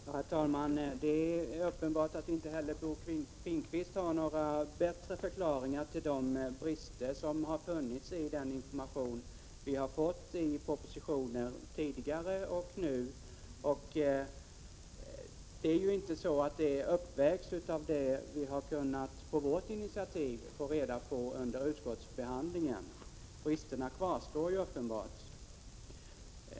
Herr talman! Det är uppenbart att inte heller Bo Finnkvist har några bättre förklaringar till de brister som har funnits i den information vi har fått i propositioner tidigare och nu. De bristerna uppvägs ju inte av det som vi på vårt initiativ har kunnat få reda på under utskottsbehandlingen. Bristerna kvarstår uppenbart.